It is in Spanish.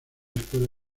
escuela